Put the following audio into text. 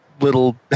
little